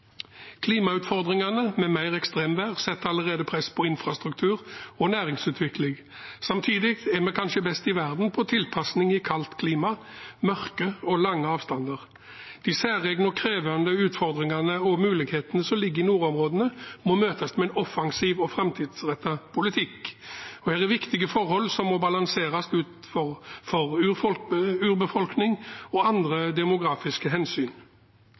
Klimautfordringene, med mer ekstremvær, setter allerede press på infrastruktur og næringsutvikling. Samtidig er vi kanskje best i verden på tilpasning i kaldt klima, mørke og lange avstander. De særegne og krevende utfordringene og mulighetene som ligger i nordområdene, må møtes med en offensiv og framtidsrettet politikk. Her er viktige forhold som må balanseres for urbefolkning og andre demografiske hensyn.